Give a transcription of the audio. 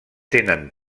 tenen